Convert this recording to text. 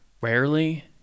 rarely